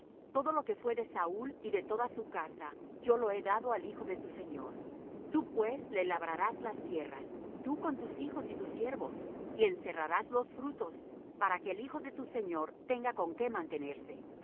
todo lo que fué de saúl y de toda su casa yo lo he dado al hijo de tu señor tú pues le labrarás las tierras tú con tus hijos y tus siervos y encerrarás los frutos para que el hijo de tu señor tenga con qué mantenerse y